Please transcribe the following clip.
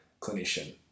clinician